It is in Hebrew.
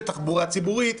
בתחבורה הציבורית.